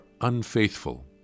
unfaithful